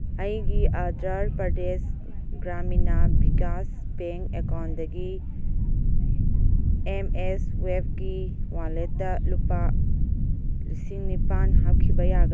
ꯑꯩꯒꯤ ꯑꯟꯗ꯭ꯔ ꯄ꯭ꯔꯗꯦꯁ ꯒ꯭ꯔꯥꯃꯤꯅꯥ ꯕꯤꯀꯥꯁ ꯕꯦꯡ ꯑꯦꯀꯥꯎꯟꯗꯒꯤ M S ꯋꯦꯞꯀꯤ ꯋꯥꯂꯦꯠꯇ ꯂꯨꯄꯥ ꯂꯤꯁꯤꯡ ꯅꯤꯄꯥꯜ ꯍꯥꯞꯈꯤꯕ